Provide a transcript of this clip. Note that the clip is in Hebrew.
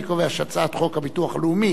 אני קובע שחוק הביטוח הלאומי